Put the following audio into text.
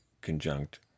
conjunct